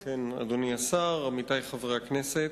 כן, אדוני השר, עמיתי חברי הכנסת,